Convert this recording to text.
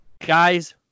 Guys